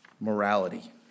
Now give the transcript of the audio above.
morality